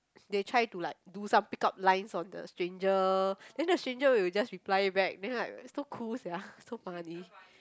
they try to like do some pick up lines on the stranger then the stranger will just reply it back then like so cool sia so funny